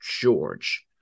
George